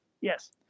Yes